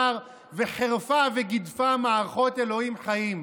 וחירפה וגידפה מערכות אלוהים חיים,